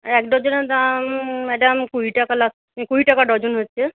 এক ডজনের দাম ম্যাডাম কুড়ি টাকা কুড়ি টাকা ডজন হচ্ছে